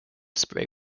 spray